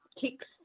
kicks